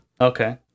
Okay